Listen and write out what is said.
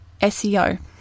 SEO